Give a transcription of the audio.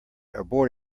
abort